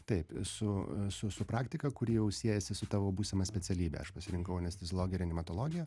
taip su su su praktika kuri jau siejasi su tavo būsima specialybe aš pasirinkau anesteziologiją reanimatologiją